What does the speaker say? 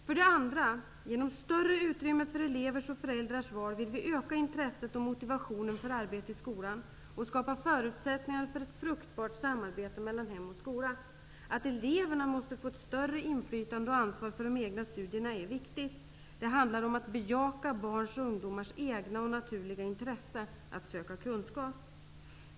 För det andra: Genom större utrymme för elevers och föräldrars val vill vi öka intresset och motivationen för arbetet i skolan och skapa förutsättningar för ett fruktbart samarbete mellan hem och skola. Att eleverna måste få ett större inflytande och ansvar för de egna studierna är viktigt. Det handlar om att bejaka barns och ungdomars egna och naturliga intresse att söka kunskap.